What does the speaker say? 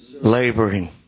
Laboring